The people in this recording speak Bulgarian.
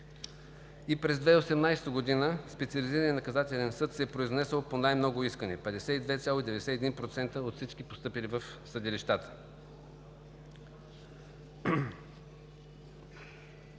И през 2018 г. Специализираният наказателен съд се е произнесъл по най-много искания – 52,91% от всички постъпили в съдилищата.